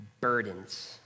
burdens